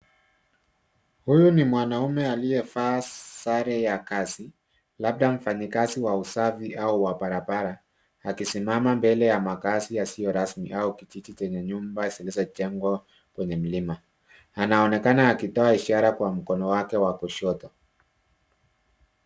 Huyu ni mwanamume aliyevaa sare ya kazi, labda mfanyakazi wa usafi au wa barabara, akisimama mbele ya makazi yasiyo rasmi au kijiji chenye nyumba zilizojengwa kwenye mlima. Anaonekana akitoa ishara kwa mkono wake wa kushoto.